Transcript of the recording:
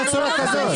ואליד אלהואשלה (רע"מ,